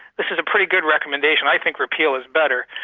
this is a pretty good recommendation. i think repeal is better.